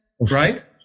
right